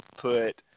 put